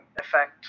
effect